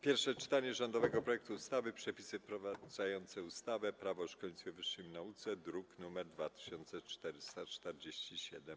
Pierwsze czytanie rządowego projektu ustawy Przepisy wprowadzające ustawę Prawo o szkolnictwie wyższym i nauce (druk nr 2447)